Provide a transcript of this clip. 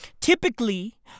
Typically